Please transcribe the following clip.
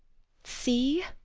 see,